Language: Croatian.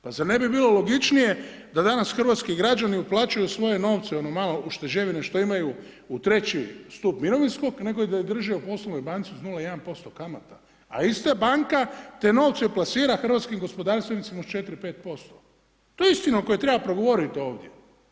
Pa zar ne bi bilo logičnije da danas hrvatski građani uplaćuju svoje novce, ono malo ušteđevine što imaju u treći stup mirovinskog nego da ih drže u poslovnoj banci uz 0,1 kamata, a ista banka te novce plasira hrvatskim gospodarstvenicima uz 4, 5%, to je istina o kojoj treba progovoriti ovdje.